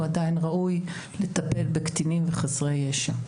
הוא עדיין ראוי לטפל בקטינים וחסרי ישע.